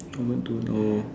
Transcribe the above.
oh